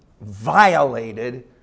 violated